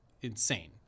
insane